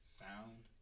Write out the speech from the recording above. sound